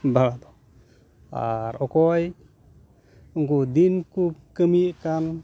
ᱟᱨ ᱚᱠᱚᱭ ᱩᱱᱠᱩ ᱫᱤᱱ ᱠᱩ ᱠᱟᱹᱢᱤᱭᱮᱫ ᱠᱟᱱ